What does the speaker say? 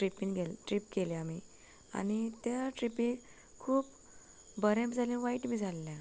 ट्रीपीन trip केले आमी आनी त्या ट्रिपी खूब बरें बी जालें वायट बी जाल्लें